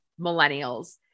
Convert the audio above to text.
millennials